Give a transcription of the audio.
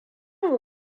mu